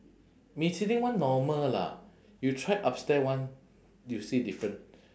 michelin one normal lah you try upstairs one you see different